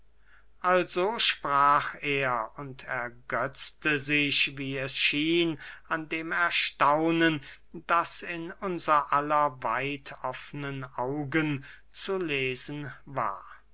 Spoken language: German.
also sprach er und ergetzte sich wie es schien an dem erstaunen das in unser aller weit offnen augen zu lesen war